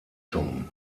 zum